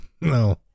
No